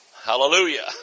Hallelujah